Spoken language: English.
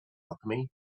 alchemy